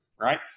right